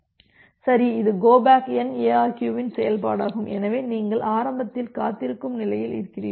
சரி இது go back N ARQ இன் செயல்பாடாகும் எனவே நீங்கள் ஆரம்பத்தில் காத்திருக்கும் நிலையில் இருக்கிறீர்கள்